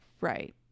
right